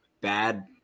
bad